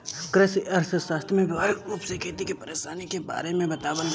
कृषि अर्थशास्त्र में व्यावहारिक रूप से खेती के परेशानी के बारे में बतावल जाला